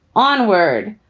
on word.